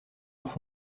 leurs